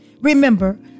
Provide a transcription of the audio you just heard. Remember